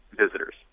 visitors